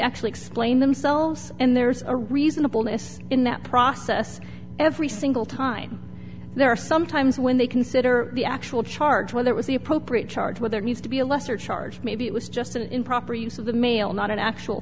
actually explain themselves and there's a reasonable miss in that process every single time there are some times when they consider the actual charge whether it was the appropriate charge with their needs to be a lesser charge maybe it was just an improper use of the mail not an actual